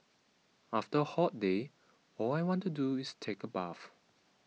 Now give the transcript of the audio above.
after a hot day all I want to do is take a bath